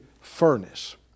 furnace